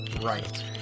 right